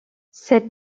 cette